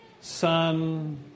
sun